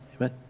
amen